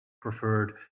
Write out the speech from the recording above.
preferred